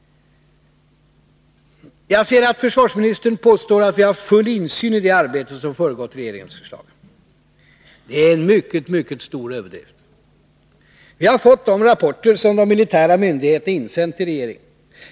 Jagser att försvarsministern påstår att vi har haft full insyn i det arbete som föregått regeringens förslag. Det är en mycket stor överdrift. Vi har fått de rapporter som de militära myndigheterna insänt till regeringen.